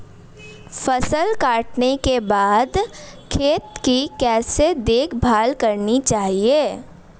फसल काटने के बाद खेत की कैसे देखभाल करनी चाहिए?